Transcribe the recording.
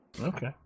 Okay